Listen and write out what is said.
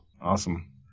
Awesome